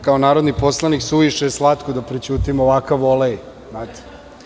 Kao narodni poslanik, suviše je slatko da prećutim ovakav volej.